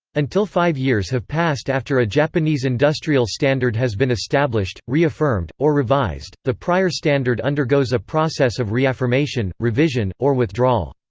until five years have passed after a japanese industrial standard has been established, reaffirmed, or revised, the prior standard undergoes a process of reaffirmation, revision, or withdrawal.